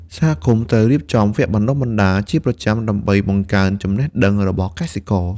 សហគមន៍ត្រូវរៀបចំវគ្គបណ្ដុះបណ្ដាលជាប្រចាំដើម្បីបង្កើនចំណេះដឹងរបស់កសិករ។